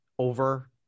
over